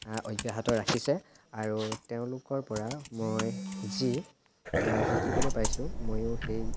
অব্যাহত ৰাখিছে আৰু তেওঁলোকৰ পৰা মই যি শিকিবলৈ পাইছোঁ ময়ো সেই